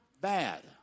bad